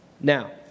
Now